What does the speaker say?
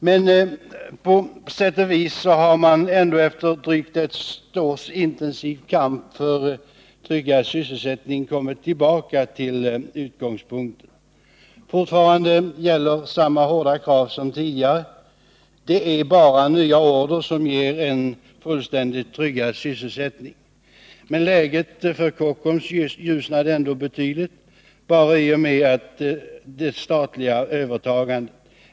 Men på sätt och vis har man ändå efter ett drygt års intensiv kamp för tryggad sysselsättning kommit tillbaka till utgångspunkten. Fortfarande gäller samma hårda krav som tidigare. Det är bara nya order som ger en fullständigt tryggad sysselsättning. Men läget för Kockums ljusnade ändå betydligt bara i och med det statliga övertagandet.